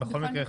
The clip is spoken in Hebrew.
בכל מקרה,